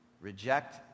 reject